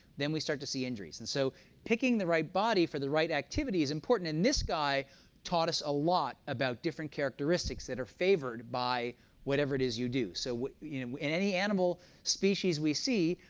then we start to see injuries. and so picking the right body for the right activity is important, and this guy taught us a lot about different characteristics that are favored by whatever it is you do. so you know in any animal species we see,